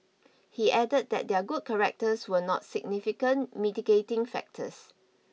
he added that their good characters were not significant mitigating factors